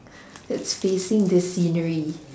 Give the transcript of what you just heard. that's facing the scenery